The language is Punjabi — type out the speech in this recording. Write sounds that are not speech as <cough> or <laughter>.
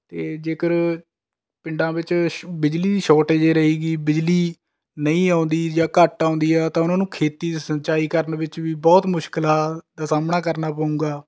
ਅਤੇ ਜੇਕਰ ਪਿੰਡਾਂ ਵਿੱਚ <unintelligible> ਬਿਜਲੀ ਦੀ ਸ਼ੋਰਟੇਜ ਰਹੇਗੀ ਬਿਜਲੀ ਨਹੀਂ ਆਉਂਦੀ ਜਾਂ ਘੱਟ ਆਉਂਦੀ ਹੈ ਤਾਂ ਉਨ੍ਹਾਂ ਨੂੰ ਖੇਤੀ ਦੀ ਸਿੰਚਾਈ ਕਰਨ ਵਿੱਚ ਵੀ ਬਹੁਤ ਮੁਸ਼ਕਿਲਾਂ ਦਾ ਸਾਹਮਣਾ ਕਰਨਾ ਪਵੇਗਾ